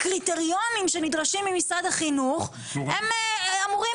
הקריטריונים שנדרשים ממשרד החינוך אמורים